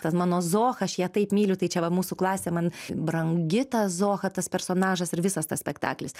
ta mano zocha aš ją taip myliu tai čia va mūsų klasė man brangi ta zocha tas personažas ir visas tas spektaklis